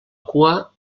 cua